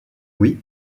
oui